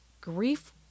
grief